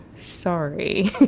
sorry